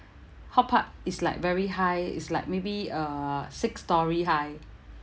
hort park is like very high it's like maybe uh six-storey high